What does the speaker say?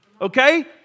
Okay